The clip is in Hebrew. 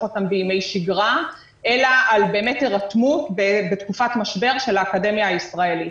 אותם בימי שיגרה אלא על הירתמות בתקופת משבר של האקדמיה הישראלית.